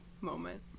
moment